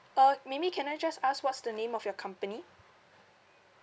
uh maybe can I just ask what's the name of your company